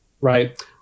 Right